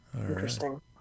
Interesting